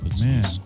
Man